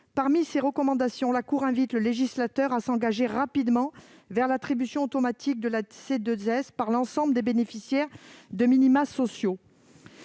Parmi ses recommandations, la Cour invite le législateur à s'engager rapidement vers l'attribution automatique de la C2S à l'ensemble des bénéficiaires de minima sociaux.